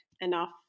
enough